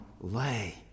lay